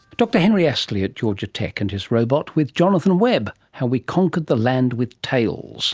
dr henry astley at georgia tech, and his robot, with jonathan webb. how we conquered the land with tails